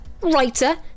writer